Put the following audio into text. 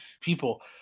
people